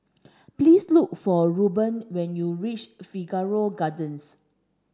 please look for Ruben when you reach Figaro Gardens